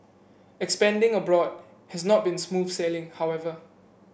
expanding abroad has not been smooth sailing however